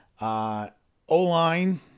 O-line